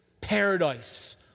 Paradise